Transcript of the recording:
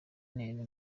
intera